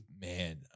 man